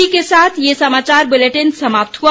इसी के साथ ये समाचार बुलेटिन समाप्त हुआ